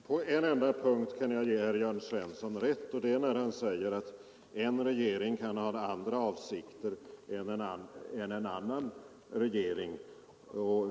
Herr talman! På en enda punkt kan jag ge herr Jörn Svensson rätt, och det är när han säger att en regering kan ha andra avsikter än en annan regering.